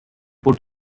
put